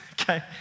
Okay